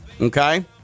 Okay